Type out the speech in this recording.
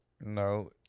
no